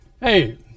Hey